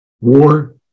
war